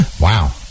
Wow